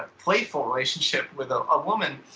ah playful relationship with a ah woman,